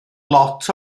lot